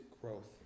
growth